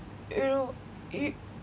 you know you